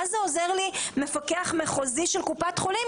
מה זה עוזר לי מפקח מחוזי של קופת חולים